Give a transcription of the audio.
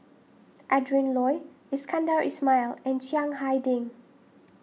Adrin Loi Iskandar Ismail and Chiang Hai Ding